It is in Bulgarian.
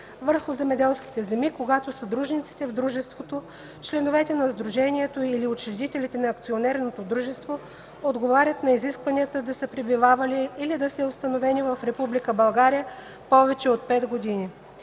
върху земеделски земи, когато съдружниците в дружеството, членовете на сдружението или учредителите на акционерното дружество отговарят на изискванията да са пребивавали или да са установени в Република България повече от 5 години.